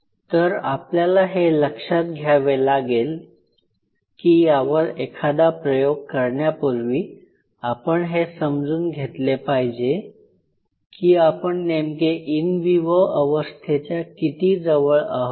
तर आपल्याला हे लक्षात घ्यावे लागेल की यावर एखादा प्रयोग करण्यापूर्वी आपण हे समजून घेतले पाहिजे की आपण नेमके इन विवो अवस्थेच्या किती जवळ आहोत